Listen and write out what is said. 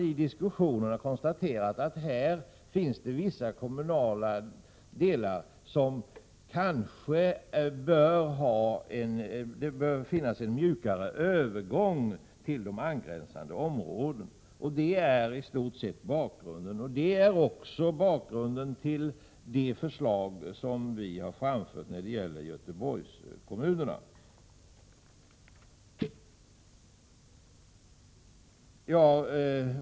I diskussionerna har man sedan konstaterat att det kanske bör medges en mjukare övergång till vissa angränsande områden. Det är i stort sett bakgrunden, och det är också bakgrunden till det förslag som vi framfört beträffande Göteborgskommunerna.